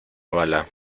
bala